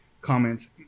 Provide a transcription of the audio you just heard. comments